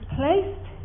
placed